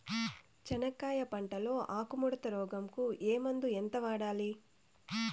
చెనక్కాయ పంట లో ఆకు ముడత రోగం కు ఏ మందు ఎంత వాడాలి?